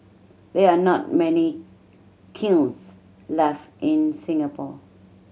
there are not many kilns left in Singapore